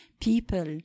people